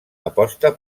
aposta